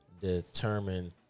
determine